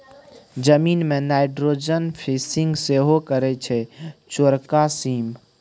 जमीन मे nitrogen fixing सेहो करय छै चौरका सीम